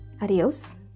Adios